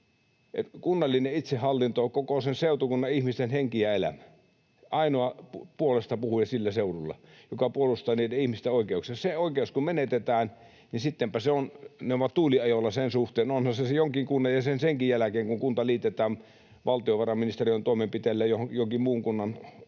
kuin minä — koko sen seutukunnan ihmisten henki ja elämä, ainoa puolestapuhuja sillä seudulla, joka puolustaa niiden ihmisten oikeuksia. Se oikeus kun menetetään, niin sittenpä he ovat tuuliajolla sen suhteen. Onhan se jotakin kuntaa senkin jälkeen, kun kunta liitetään valtiovarainministeriön toimenpiteellä johonkin muuhun kuntaan